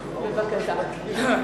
בבקשה.